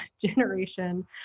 generation